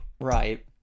Right